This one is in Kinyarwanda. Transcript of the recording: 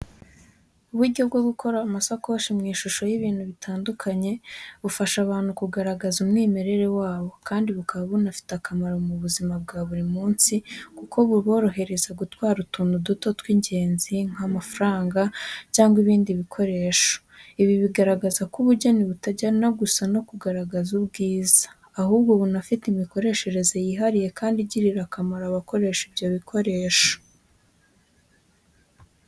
Uburyo bwo gukora amasakoshi mu ishusho y’ibintu bitandukanye bufasha abantu kugaragaza umwimerere wabo, kandi bukaba bunafite akamaro mu buzima bwa buri munsi kuko burorohereza gutwara utuntu duto tw'ingenzi nk’amafaranga, cyangwa ibindi bikoresho. Ibi bigaragaza ko ubugeni butajyana gusa no kugaragaza ubwiza, ahubwo bunafite imikoreshereze yihariye kandi igirira akamaro abakoresha ibyo bikoresho.